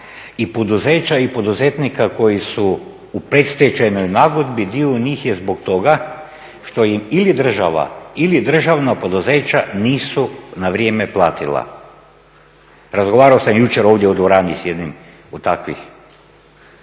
i poduzeća i poduzetnika koji su u predstečajnoj nagodbi dio njih je zbog toga što im ili država ili državna poduzeća nisu na vrijeme platila. Razgovarao sam jučer ovdje u dvorani s jednim od takvih.